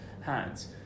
hands